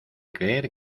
creer